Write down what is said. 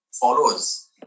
follows